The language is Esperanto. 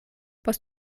post